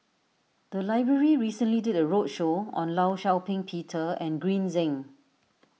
the library recently did a roadshow on Law Shau Ping Peter and Green Zeng